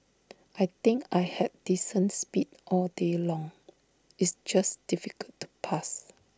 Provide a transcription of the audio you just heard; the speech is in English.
I think I had descents speed all day long it's just difficult to pass